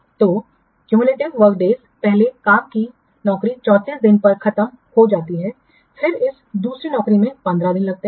तो cumulative work days पहले काम की नौकरी 34 दिनों पर खत्म हो जाती है फिर इस दूसरी नौकरी में 15 दिन लगते हैं